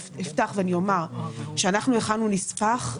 כשאנחנו הכנו נספח,